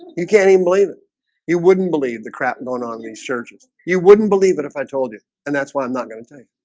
can't even believe it you wouldn't believe the crap going on these churches you wouldn't believe it if i told you and that's why i'm not going to tell you